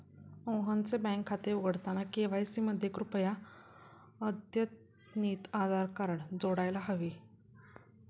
मोहनचे बँक खाते उघडताना के.वाय.सी मध्ये कृपया अद्यतनितआधार कार्ड जोडायला हवे